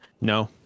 No